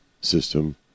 system